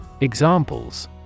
Examples